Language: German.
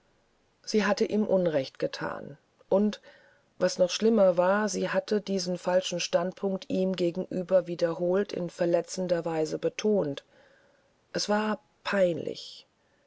sie hatte ihm unrecht gethan und was noch schlimmer war sie hatte diesen falschen standpunkt ihm gegenüber wiederholt in verletzender weise betont das war peinlich